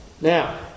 Now